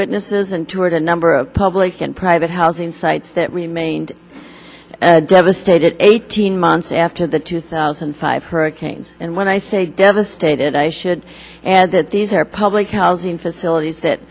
witnesses and toured a number of public and private housing sites that remained devastated eighteen months after the two thousand and five hurricane and when i say devastated i should add that these are public housing facilities that